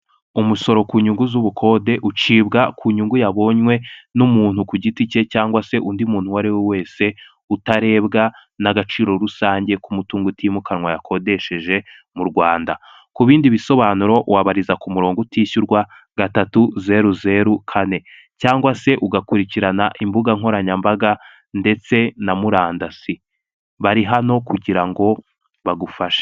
Umusoro ku nyungu z'ubukode ucibwa ku nyungu yabonywe n'umuntu ku giti cye cyangwa se undi muntu uwo ari we wese utarebwa n'a agaciro rusange k'umutungo utimukanwa yakodesheje mu Rwanda, ku bindi bisobanuro wababariza ku murongo utishyurwa gatatu zeru zeru kane; cyangwa se ugakurikirana imbuga nkoranyambaga ndetse na murandasi; bari hano kugira ngo bagufashe.